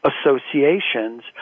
associations